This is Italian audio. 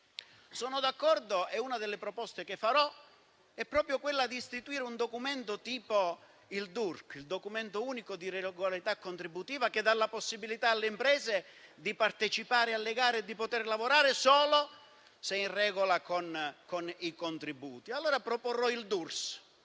Sono d'accordo: una delle proposte che farò è proprio quella di istituire un documento tipo il documento unico di regolarità contributiva (DURC), che dà la possibilità alle imprese di partecipare alle gare e di lavorare solo se in regola con i contributi. Proporrò allora il DURS,